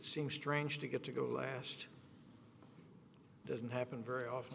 seems strange to get to go last doesn't happen very often